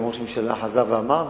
גם ראש הממשלה חזר ואמר,